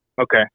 Okay